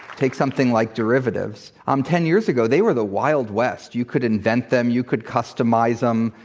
take something like, derivatives. um ten years ago, they were the wild west. you could invent them, you could customize them.